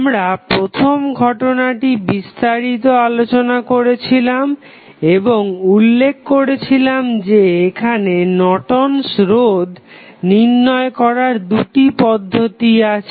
আমরা প্রথম ঘটনাটি বিস্তারিত আলোচনা করেছিলাম এবং উল্লেখ করেছিলাম যে এখানে নর্টন'স রোধ Nortons resistance নির্ণয় করার দুটি পদ্ধতি আছে